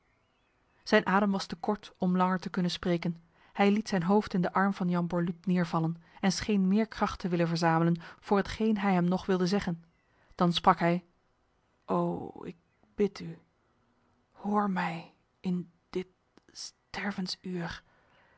zijn adem was te kort om langer te kunnen spreken hij liet zijn hoofd in de arm van jan borluut neervallen en scheen meer kracht te willen verzamelen voor hetgeen hij hem nog wilde zeggen dan sprak hij o ik bid u hoor mij in dit stervensuur